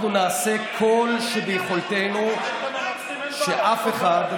אנחנו נעשה כל שביכולתנו שאף אחד,